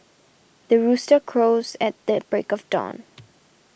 the rooster crows at the break of dawn